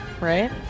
right